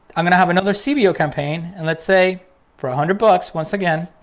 i'm gonna have another cbo campaign and let's say for a hundred bucks once again,